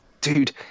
Dude